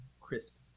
crisp